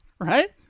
Right